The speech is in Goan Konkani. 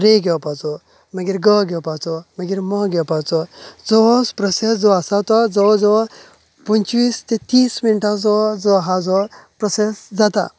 रे घेवपाचो मागीर ग घेवपाचो मागीर म घेवपाचो जो हो प्रॉसेस जो आसा तो जवळ जवळ पंचवीस ते तीस मिनटांचो जो जो आहा जो प्रॉसेस जातात